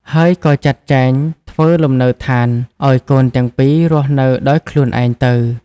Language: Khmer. ហើយក៏ចាត់ចែងធ្វើលំនៅដ្ឋានឱ្យកូនទាំងពីររស់នៅដោយខ្លួនឯងទៅ។